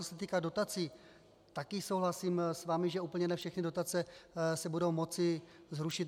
Co se týká dotací, taky souhlasím s vámi, že ne úplně všechny dotace se budou moci zrušit.